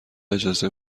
اجازه